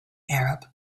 arab